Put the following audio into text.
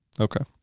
Okay